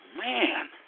man